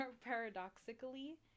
Paradoxically